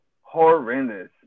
Horrendous